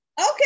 okay